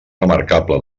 remarcable